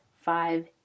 five